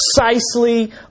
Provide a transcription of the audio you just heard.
precisely